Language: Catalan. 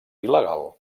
il·legal